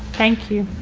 thank you.